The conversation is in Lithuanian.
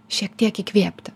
šiek tiek įkvėpti